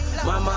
Mama